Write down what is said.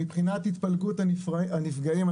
מבחינת התפלגות הנפגעים,